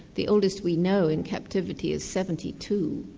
the oldest we know in captivity is seventy two,